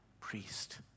priest